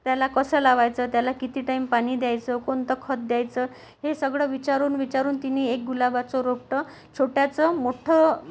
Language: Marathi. त्याला कसं लावायचं त्याला किती टाईम पाणी द्यायचं कोणतं खत द्यायचं हे सगळं विचारून विचारून तिनी एक गुलाबाचं रोपटं छोट्याचं मोठं